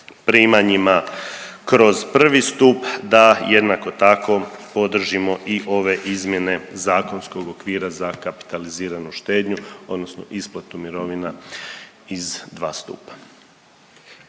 primanjima kroz I. stup da jednako tako podržimo i ove izmjene zakonskog okvira za kapitaliziranu štednju odnosno isplatu mirovina iz dva stupa.